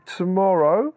tomorrow